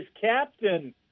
captain